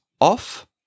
off